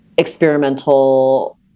experimental